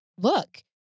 look